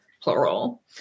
plural